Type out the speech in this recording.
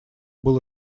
было